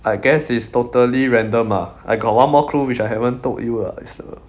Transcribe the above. I guess it's totally random ah I got one more clue which I haven't told you ah it's uh